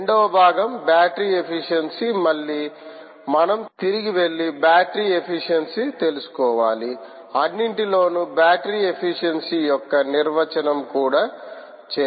రెండవ భాగం battery efficiency మళ్ళీ మనం తిరిగి వెళ్లి బ్యాటరీ ఎఫిషియన్సీ తెలుసుకోవాలి అన్నింటిలోనూ బ్యాటరీ ఎఫిషియన్సీ యొక్క నిర్వచనం కూడా చేసాము